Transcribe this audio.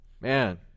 man